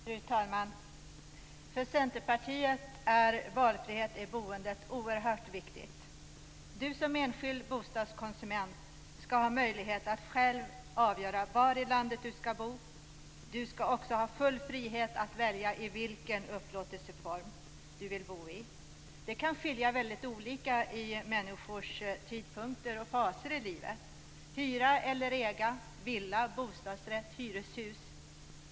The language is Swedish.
Fru talman! För Centerpartiet är valfrihet i boendet oerhört viktigt. Du som enskild bostadskonsument skall ha möjlighet att själv avgöra var i landet du skall bo. Du skall också ha full frihet att välja vilken upplåtelseform du vill bo i. Det kan skilja väldigt mycket mellan olika tidpunkter och olika faser i människors liv. Hyra eller äga? Villa, bostadsrätt eller hyreshus?